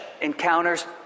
encounters